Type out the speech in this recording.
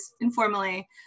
informally